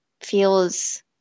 feels